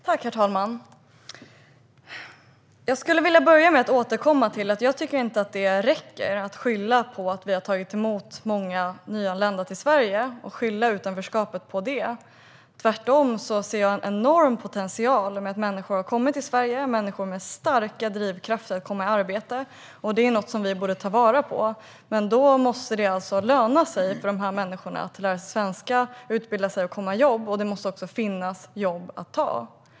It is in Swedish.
Herr talman! Jag skulle vilja börja med att återkomma till att jag inte tycker att det räcker att skylla på att vi har tagit emot många nyanlända i Sverige. Man kan inte skylla utanförskapet på det. Tvärtom ser jag en enorm potential i att människor har kommit till Sverige - människor med starka drivkrafter att komma i arbete. Det är något som vi borde ta vara på. Men då måste det löna sig för dem att lära sig svenska, utbilda sig och komma i jobb, och det måste också finnas jobb att ta.